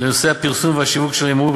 לנושא הפרסום והשיווק של הימורים,